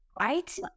Right